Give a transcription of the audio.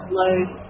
load